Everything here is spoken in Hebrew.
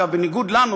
בניגוד לנו,